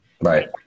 Right